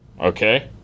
okay